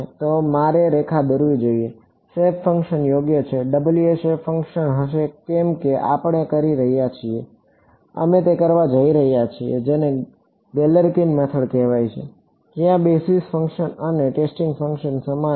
તો મારે રેખા દોરવી જોઈએ શેપ ફંક્શન યોગ્ય છે W એ શેપ ફંક્શન હશે કેમ કે આપણે કરી રહ્યા છીએ અમે તે કરવા જઈ રહ્યા છીએ જેને ગેલેર્કિન મેથડ કહેવાય છે જ્યાં બેઝિક ફંક્શન્સ અને ટેસ્ટિંગ ફંક્શન સમાન છે